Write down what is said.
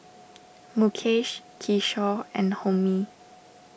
Mukesh Kishore and Homi